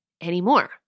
anymore